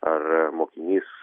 ar mokinys